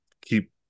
keep